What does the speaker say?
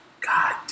God